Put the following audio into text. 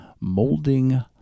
Molding